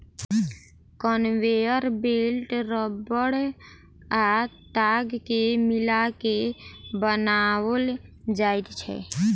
conveyor belt रबड़ आ ताग के मिला के बनाओल जाइत छै